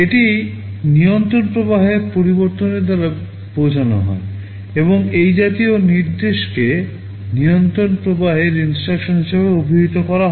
এটি নিয়ন্ত্রণ প্রবাহের পরিবর্তনের দ্বারা বোঝানো হয় এবং এই জাতীয় নির্দেশকে নিয়ন্ত্রণ প্রবাহের INSTRUCTION হিসাবে অভিহিত করা হয়